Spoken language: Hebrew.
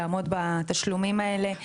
לעמוד בתשלומים האלה,